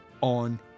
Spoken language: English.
on